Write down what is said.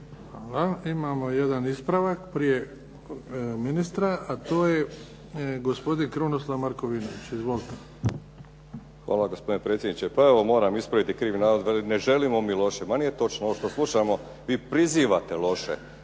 Hvala. Imamo jedan ispravak prije ministra, a to je gospodin Krunoslav Markovinović. Izvolite. **Markovinović, Krunoslav (HDZ)** Hvala gospodine predsjedniče. Pa evo moram ispraviti krivi navod. Veli ne želimo mi loše. Ma nije točno. Ovo što slušamo vi prizivate loše.